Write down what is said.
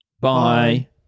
Bye